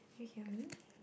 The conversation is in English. do you hear me